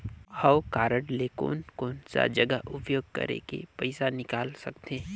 हव कारड ले कोन कोन सा जगह उपयोग करेके पइसा निकाल सकथे?